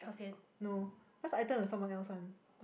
no first item was someone else one